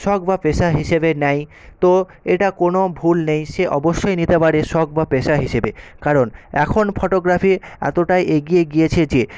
শখ বা পেশা হিসেবে নেয় তো এটা কোনো ভুল নেই সে অবশ্যই নিতে পারে শখ বা পেশা হিসেবে কারণ এখন ফটোগ্রাফি এতটাই এগিয়ে গিয়েছে যে